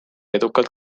edukalt